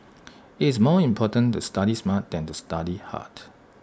IT is more important to study smart than to study hard